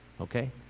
Okay